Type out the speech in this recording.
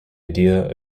idea